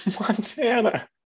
Montana